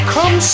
Come